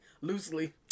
Loosely